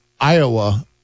Iowa